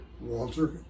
Walter